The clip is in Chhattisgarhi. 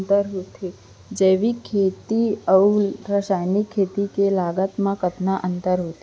जैविक खेती अऊ रसायनिक खेती के लागत मा कतना अंतर आथे?